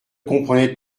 comprenait